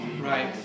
Right